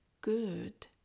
good